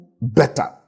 better